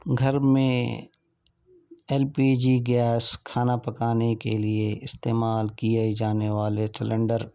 گھر میں L P G gas کھانا پکانے کے لیے استعمال کیے جانے والے سیلنڈر